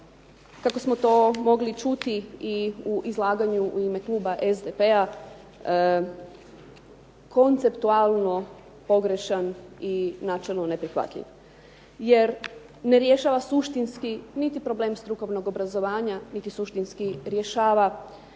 kako smo to mogli čuti i u izlaganju u ime kluba SDP-a konceptualno pogrešan i načelno neprihvatljiv jer ne rješava suštinski niti problem strukovnog obrazovanja niti suštinski rješava